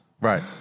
Right